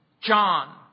John